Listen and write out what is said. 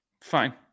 fine